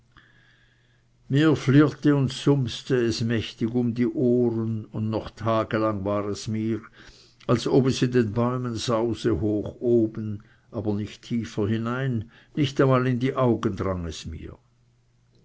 flirrte und summste es mächtig um die ohren und noch tage lang war es mir als ob es in den bäumen sause hoch oben aber nicht tiefer hinein nicht einmal in die augen drang es mir